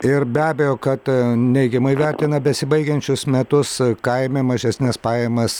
ir be abejo kad neigiamai vertina besibaigiančius metus kaime mažesnes pajamas